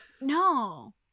No